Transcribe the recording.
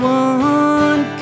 one